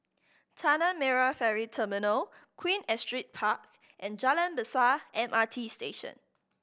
Tanah Merah Ferry Terminal Queen Astrid Park and Jalan Besar M R T Station